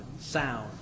sound